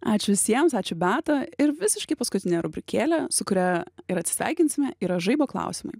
ačiū visiems ačiū beata ir visiškai paskutinė rubrikėlė su kuria ir atsisveikinsime yra žaibo klausimai